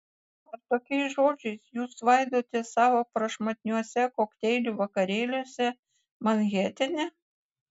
ar tokiais žodžiais jūs svaidotės savo prašmatniuose kokteilių vakarėliuose manhetene